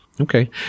okay